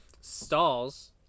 stalls